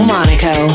Monaco